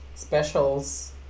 specials